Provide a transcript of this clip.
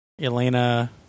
Elena